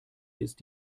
ist